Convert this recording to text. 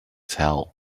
tell